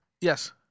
Yes